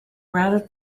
rather